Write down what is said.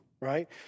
Right